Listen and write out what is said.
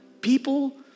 people